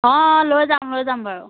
অঁ লৈ যাম লৈ যাম বাৰু